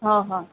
ଓହୋ